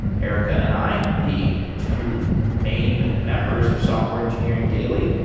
erica and i, the two main members of software engineering daily.